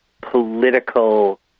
political